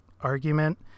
argument